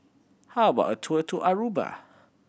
how about a tour to Aruba